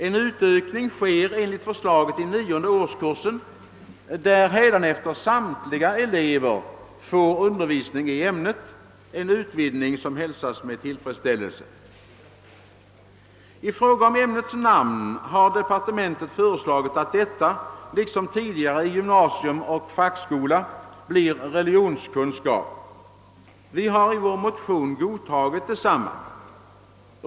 En utökning sker enligt förslaget i nionde årskursen, där hädanefter samtliga elever får undervisning i ämnet, en utvidgning som hälsas med tillfredsställelse. I fråga om ämnets namn har departementet föreslagit att detta — liksom tidigare i gymnasium och fackskola — skall vara religionskunskap. Vi har i vår nämnda motion godtagit detta förslag.